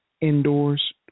indoors